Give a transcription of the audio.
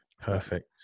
perfect